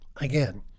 Again